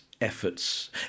efforts